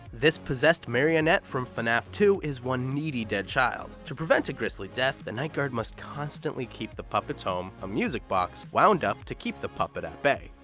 this possessed marionette from fnaf two is one needy dead child. to prevent a grisly death, the night guard must constantly keep the puppet's home, a music box, wound up to keep the puppet at bay.